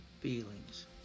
feelings